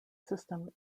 system